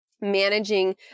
managing